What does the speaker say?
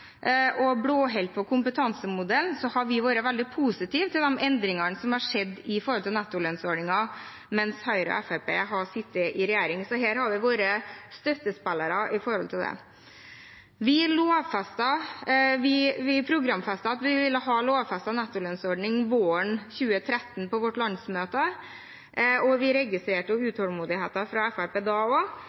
og blåholdt på kompetansemodellen, har vi vært veldig positive til de endringene som har skjedd med nettolønnsordningen mens Høyre og Fremskrittspartiet har sittet i regjering. Så her har vi vært støttespillere. Vi programfestet på vårt landsmøte at vi ville ha lovfestet en nettolønnsordning våren 2013, og vi registrerte utålmodigheten fra Fremskrittspartiet da